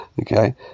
okay